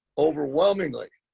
overwhelmingly,